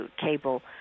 cable